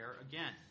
again